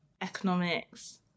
Economics